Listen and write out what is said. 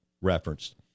referenced